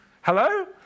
Hello